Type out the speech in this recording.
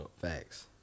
Facts